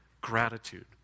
gratitude